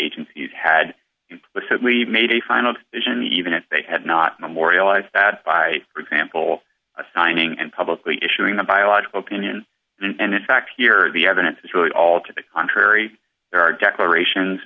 agencies had said we made a final decision even if they had not memorialized that by for example assigning and publicly issuing the biological community and in fact here the evidence is really all to the contrary there are declarations